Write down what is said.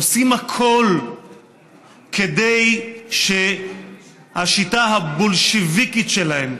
עושים הכול כדי שהשיטה הבולשביקית שלהם,